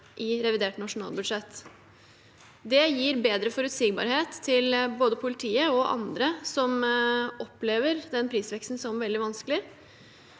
i revidert nasjonalbudsjett. Det gir bedre forutsigbarhet til både politiet og andre som opplever den prisveksten som veldig vanskelig.